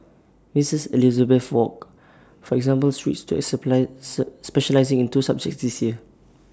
miss Elizabeth wok for example switched to specialising in two subjects this year